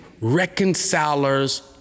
Reconcilers